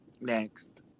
Next